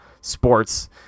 sports